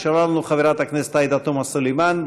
נשארה לנו חברת הכנסת עאידה תומא סלימאן.